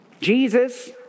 Jesus